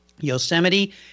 Yosemite